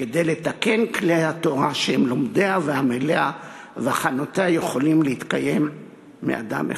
כי לתקן כלי התורה שהם לומדיה ועמליה והכנותיה יכולין להתקיים מאדם אחד.